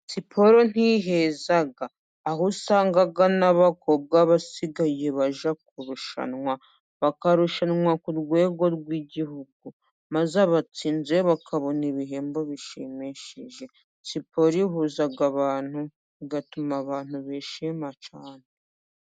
Siporo ntiheza aho usanga n'abakobwa basigaye bajya kurushanwa, bakarushanwa ku rwego rw'igihugu, maze abatsinze bakabona ibihembo bishimishije, siporo ihuza abantu igatuma abantu bishima cyane.